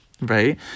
right